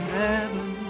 heaven